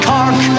Cork